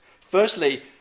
Firstly